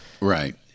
Right